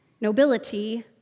nobility